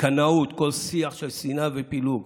בקנאות כל שיח של שנאה ופילוג.